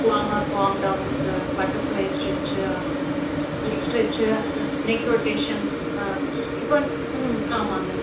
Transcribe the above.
warm up warm downs butterfly stretch neck stretch neck rotation இப்போ ஆமாங்க